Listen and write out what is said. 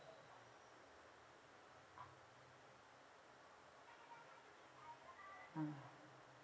ah